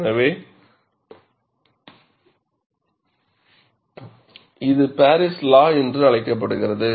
எனவே இது Paris law என்று அழைக்கப்படுகிறது